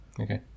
Okay